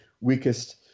weakest